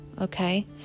Okay